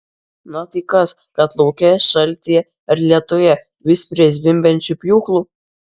na tai kas kad lauke šaltyje ar lietuje vis prie zvimbiančių pjūklų